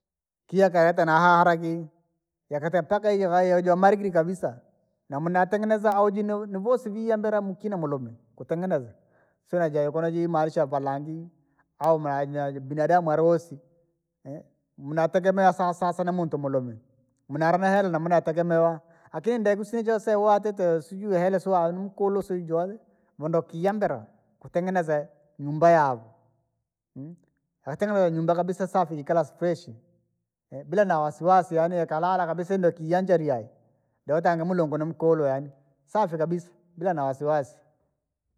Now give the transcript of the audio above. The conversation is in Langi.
Kia ikareta na haharagi, yakatetaga hiyo jamarikile kabisa, namuna atengeneza au jino nu voosi viambila mukina mulume, kutengeneza, sina jee kunajiimanisha valangi, au manajina binadamu aluusi, mnategemea sa- sas ni muntu malume. Muli na mihela namunategemewa lakini ndee kusina chooseya uhuu ni mukulu sijui joule, vonokiyambera kutengeneza nyumba yaachu. tena nyumba kabisa safi jikala bila na wasiwasi yaani ikalala kabisa indekii jakiyanjarya. Dee utange mulungu ni mukulu yaani, safi kabisa, bila na wasiwaasi.